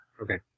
Okay